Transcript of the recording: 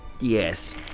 Yes